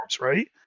right